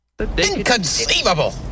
Inconceivable